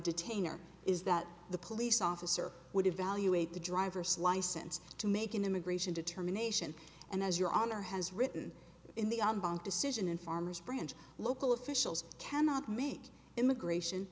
detainer is that the police officer would evaluate the driver's license to make an immigration determination and as your honor has written in the on bank decision in farmers branch local officials cannot make immigration